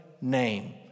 name